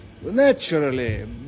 Naturally